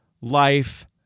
life